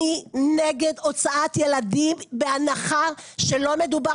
אני נגד הוצאת ילדים בהנחה שלא מדובר